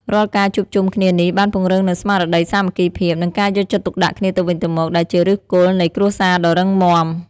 រាល់ការជួបជុំគ្នានេះបានពង្រឹងនូវស្មារតីសាមគ្គីភាព និងការយកចិត្តទុកដាក់គ្នាទៅវិញទៅមក ដែលជាឫសគល់នៃគ្រួសារដ៏រឹងមាំ។